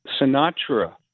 Sinatra